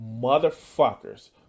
motherfuckers